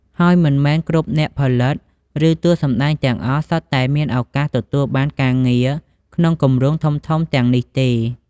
ហើយមិនមែនគ្រប់អ្នកផលិត ឬតួសម្ដែងទាំងអស់សុទ្ធតែមានឱកាសទទួលបានការងារក្នុងគម្រោងធំៗទាំងនេះទេ។